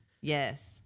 Yes